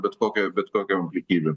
bet kokia bet kokiom aplinkybėm